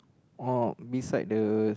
oh beside the